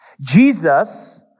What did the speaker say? Jesus